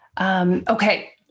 Okay